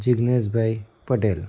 Jigneshbhai Patel